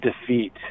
defeat